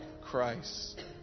Christ